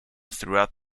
throughout